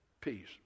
peace